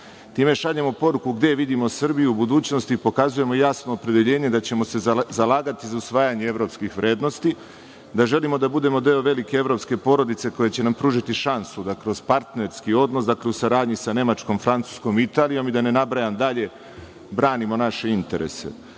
Time šaljemo poruku gde vidimo Srbiju u budućnosti, pokazujemo jasno opredeljenje da ćemo se zalagati za usvajanje evropskih vrednosti, da želimo da budemo deo velike evropske porodice koja će nam pružiti šansu da kroz partnerski odnos, dakle, u saradnji sa Nemačkom, Francuskom, Italijom i da ne nabrajam dalje, branimo naše interese. Uostalom,